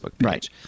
right